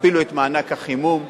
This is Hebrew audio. את מענק החימום,